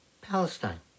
Palestine